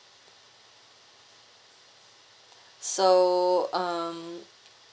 so um